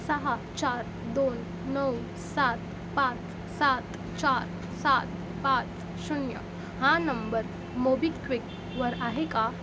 सहा चार दोन नऊ सात पाच सात चार सात पाच शून्य हा नंबर मोबिक्विकवर आहे का